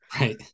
Right